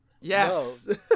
Yes